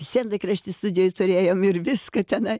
sienlaikraštį studijoj turėjom ir viską tenai